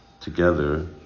together